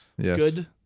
good